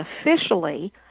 officially